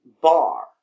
bar